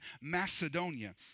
Macedonia